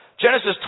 Genesis